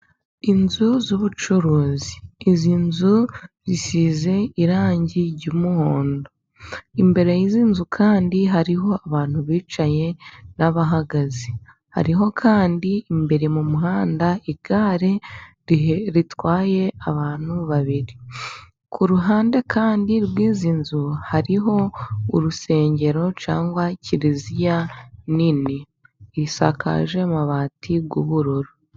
Inzu z'ubucuruzi; izi nzu zisize irangi ry'umuhondo, imbere y'izi nzu kandi hariho abantu bicaye n'abahagaze, hariho kandi imbere mu muhanda igare ritwaye abantu babiri, ku ruhande kandi rw'izi nzu hariho urusengero cyangwa kiriziya nini, isakaje amabati y'ubururu.